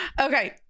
Okay